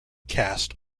cast